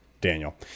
Daniel